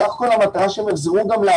בסך הכול המטרה היא שהם יחזרו לעבוד,